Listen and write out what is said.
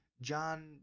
John